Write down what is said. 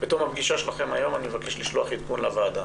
בתום הפגישה שלכם היום אני מבקש לשלוח עדכון לוועדה.